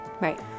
Right